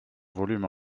volume